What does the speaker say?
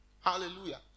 Hallelujah